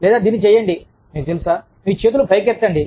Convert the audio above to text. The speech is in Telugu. లేదా దీన్ని చేయండి మీకు తెలుసా మీ చేతులు పైకెత్తండి